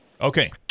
Okay